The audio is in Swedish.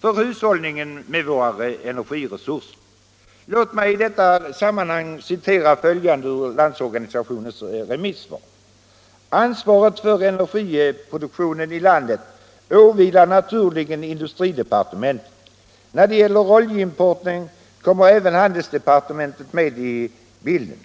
för hushållningen med våra energiresurser. Låt mig i detta sammanhang citera följande ur Landsorganisationens remissvar: . ”Ansvaret för energiproduktionen i landet åvilar naturligen industridepartementet. När det gäller oljeimporten kommer även handelsdepartementet med i bilden.